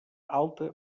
alta